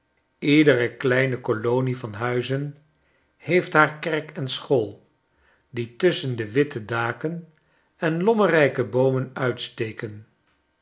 iedere kleine kolonie van huizen heeft haarkerk en school die tusschen de witte daken enlommerrijke boomen uitsteken